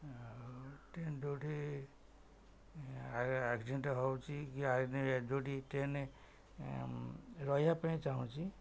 ଆଉ ଟ୍ରେନ ଯେଉଁଠି ଆକ୍ସିଡେଣ୍ଟ ହେଉଛି କି ଯେଉଁଠି ଟ୍ରେନ ରହିବା ପାଇଁ ଚାହୁଁଛି